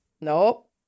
Nope